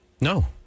No